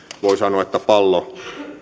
voi sanoa että pallo